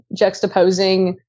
juxtaposing